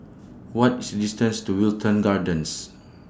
What IS distance to Wilton Gardens